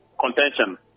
contention